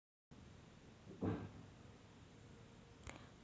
blueberry गोड, पौष्टिक आणि अत्यंत लोकप्रिय आहेत